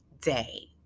day